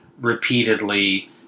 repeatedly